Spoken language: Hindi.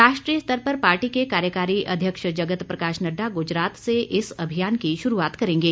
राष्ट्रीय स्तर पर पार्टी के कार्यकारी अध्यक्ष जगत प्रकाश नड्डा गुजरात से इस अभियान की शुरूआत करेंगे